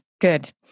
good